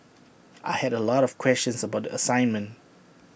I had A lot of questions about the assignment